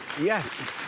Yes